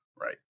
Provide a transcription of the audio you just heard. Right